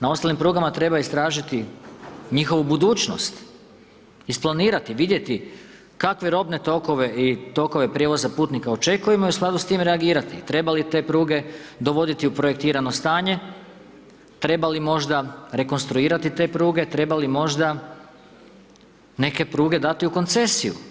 Na ostalim prugama treba istražiti njihovu budućnost, isplanirati, vidjeti kakve robne tokove i tokove prijevoza putnika očekujemo i u skladu s tim reagirati, treba li te pruge dovoditi u projektirano stanje, treba li možda rekonstruirati te pruge, treba li možda neke pruge dati u koncesiju.